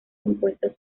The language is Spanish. compuestas